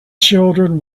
children